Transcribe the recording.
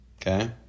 Okay